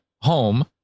home